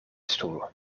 stoel